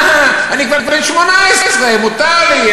אני כבר בן 18, מותר לי.